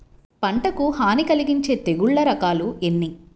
పంటకు హాని కలిగించే తెగుళ్ల రకాలు ఎన్ని?